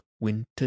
winter